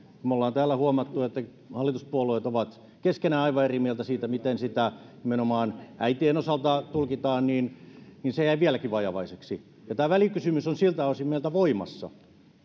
me olemme täällä huomanneet että hallituspuolueet ovat keskenään aivan eri mieltä siitä miten sitä nimenomaan äitien osalta tulkitaan eli se jäi vieläkin vajavaiseksi ja tämä välikysymys on siltä osin meiltä voimassa